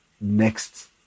next